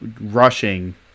rushing